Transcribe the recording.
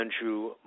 Andrew